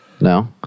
No